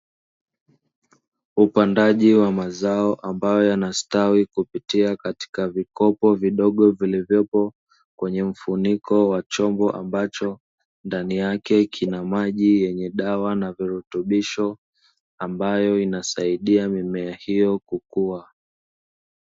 Upandaji wa mazao ambayo yanastawi kupitia katika vikopo vidogo vilivyopo kwenye mfuniko wa chombo ambacho ndani yake kina maji yenye dawa na virutubisho, ambayo inasaidia mimea hiyo kukua.